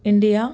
India